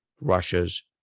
Russia's